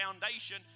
foundation